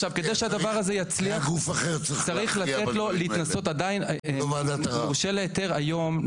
גוף אחר צריך להכריע בדברים האלה, לא ועדת ערער.